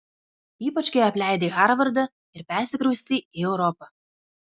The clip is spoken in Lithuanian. ypač kai apleidai harvardą ir persikraustei į europą